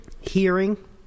Hearing